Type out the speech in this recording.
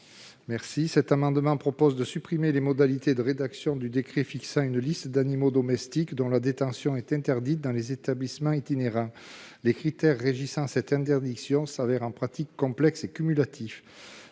Buis. Cet amendement vise à supprimer les modalités de rédaction du décret fixant une liste d'animaux domestiques dont la détention est interdite dans les établissements itinérants. Dans la pratique, les critères régissant cette interdiction se révèlent complexes et cumulatifs.